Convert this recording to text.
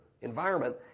environment